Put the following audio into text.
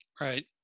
Right